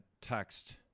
text